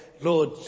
Lord